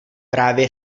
právě